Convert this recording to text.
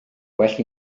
well